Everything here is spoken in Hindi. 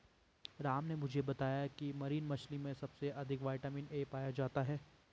राम ने मुझे बताया की मरीन मछली में सबसे अधिक विटामिन ए पाया जाता है